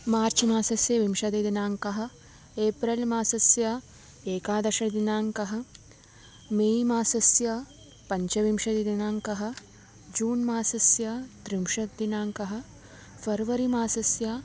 मार्च् मासस्य विंशतिदिनाङ्कः एप्रिल् मासस्य एकादश दिनाङ्कः मेय् मासस्य पञ्चविंशतिदिनाङ्कः जून् मासस्य त्रिंशत् दिनाङ्कः फ़र्वरि मासस्य